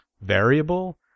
variable